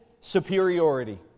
superiority